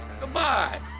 goodbye